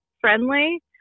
friendly